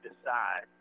decide